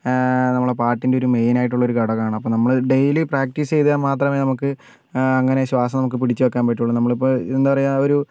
നമ്മളെ പാട്ടിൻറെ ഒരു മെയിൻ ആയിട്ടുള്ള ഒരു ഘടകമാണ് അപ്പോൾ നമ്മൾ ഡെയിലി പ്രാക്ടീസ് ചെയ്താൽ മാത്രമേ നമുക്ക് അങ്ങനെ ശ്വാസം നമുക്ക് പിടിച്ച് വയ്ക്കാൻ പറ്റുള്ളൂ നമ്മൾ ഇപ്പോൾ എന്താണ് പറയുക ഒരു